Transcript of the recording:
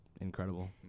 incredible